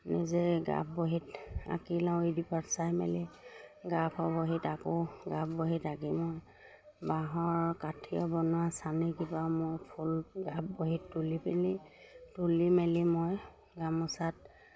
নিজে গাৰ্ফ বহীত আঁকি লওঁ দি পথ চাই মেলি গাৰ্ফ বহীত আকৌ গাৰ্ফ বহীত আঁকি মই বাঁহৰ কাঠিৰ বনোৱা চানেকিৰপৰা মই ফুল গাৰ্ফ বহীত তুলি পেনি তুলি মেলি মই গামোচাত